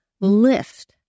lift